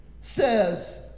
says